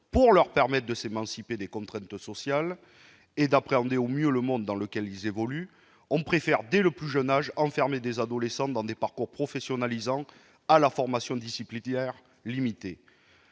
leur permettant de s'émanciper des contraintes sociales et d'appréhender au mieux le monde dans lequel ils évoluent, on préfère, dès le plus jeune âge, enfermer des adolescents dans des parcours professionnalisants, à la formation disciplinaire limitée.